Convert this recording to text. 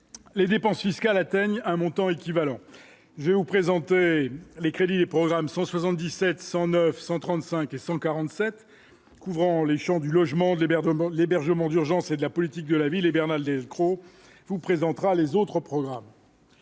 les dépenses fiscales atteignent un montant équivalent, je vais vous présenter les crédits du programme 177 109 135 et 147 couvrant les champs du logement d'hébergement l'hébergement d'urgence et de la politique de la ville et Bernard Delcros vous présentera les autres programmes.